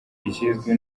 ikizwi